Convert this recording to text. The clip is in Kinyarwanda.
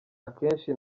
akenshi